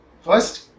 First